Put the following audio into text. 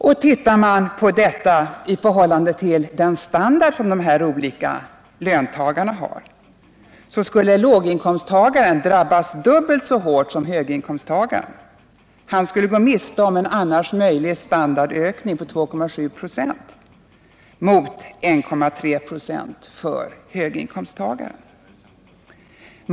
Och tittar man på detta i förhållande till den standard som de här olika löntagarna har skulle låginkomsttagaren drabbas dubbelt så hårt som höginkomsttagaren. Han skulle gå miste om en annars möjlig standardökning på 2,7 96 mot 1,3 96 för höginkomsttagaren.